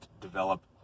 develop